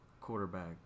quarterback